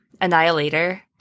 annihilator